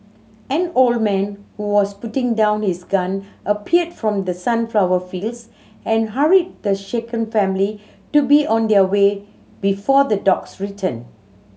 an old man who was putting down his gun appeared from the sunflower fields and hurried the shaken family to be on their way before the dogs return